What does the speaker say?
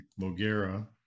Mogera